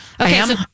Okay